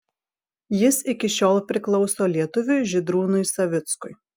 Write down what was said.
jis iki šiol priklauso lietuviui žydrūnui savickui